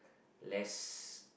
less